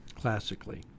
classically